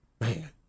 man